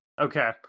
Okay